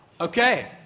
Okay